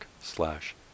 slash